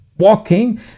walking